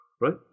Right